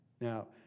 Now